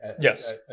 Yes